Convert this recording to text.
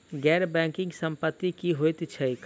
गैर बैंकिंग संपति की होइत छैक?